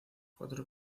cuatro